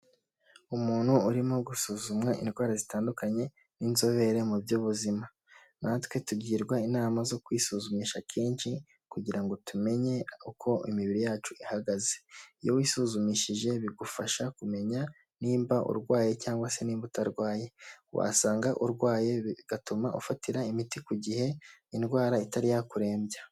Umuntu urimo gusuzumwa indwara zitandukanye n'inzobere mu by'ubuzima. Natwe tugirwa inama zo kwisuzumisha kenshi kugira ngo tumenye uko imibiri yacu ihagaze. Iyo wisuzumishije bigufasha kumenya nimba urwaye cyangwa se nimba utarwaye, wasanga urwaye bigatuma ufatira imiti ku gihe, indwara itari yakurembya.